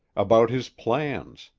about his plans,